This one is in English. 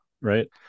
Right